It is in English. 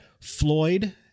Floyd